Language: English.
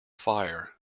fire